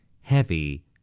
heavy